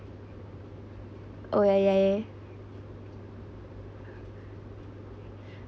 oh ya ya ya